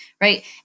right